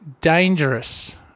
dangerous